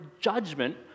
judgment